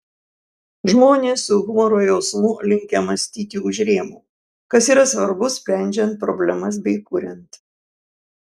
žmonės su humoro jausmu linkę mąstyti už rėmų kas yra svarbu sprendžiant problemas bei kuriant